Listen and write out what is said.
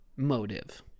motive